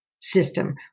system